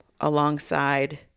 alongside